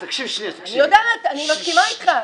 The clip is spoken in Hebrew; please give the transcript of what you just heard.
אני יודעת, מסכימה אתך.